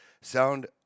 sound